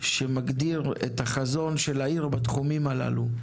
שמגדיר את החזון של העיר בתחומים הללו,